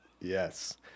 Yes